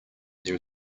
there